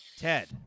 Ted